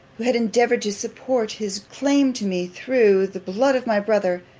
who had endeavoured to support his claim to me through the blood of my brother,